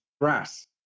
grass